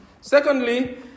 Secondly